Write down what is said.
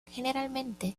generalmente